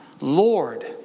Lord